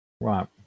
Right